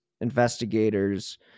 investigators